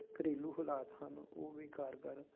ਘਰੇਲੂ ਹਾਲਾਤ ਹਨ ਉਹ ਵੀ ਕਾਰਗਾਰ